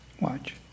Watch